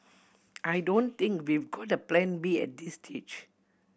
I don't think we've got a Plan B at this stage